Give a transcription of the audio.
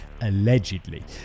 allegedly